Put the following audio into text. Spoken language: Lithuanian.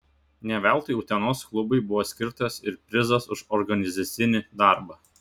ne veltui utenos klubui buvo skirtas ir prizas už organizacinį darbą